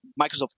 Microsoft